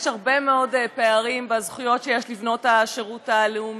יש הרבה מאוד פערים בזכויות שיש לבנות השירות הלאומי,